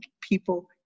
people